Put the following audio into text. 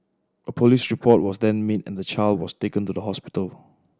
a police report was then made and the child was taken to the hospital